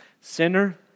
Sinner